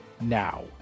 now